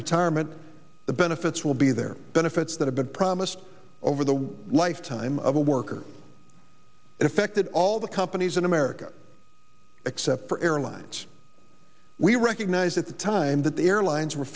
retirement the benefits will be there benefits that have been promised over the lifetime of a worker affected all the companies in america except for airlines we recognized at the time that the airlines were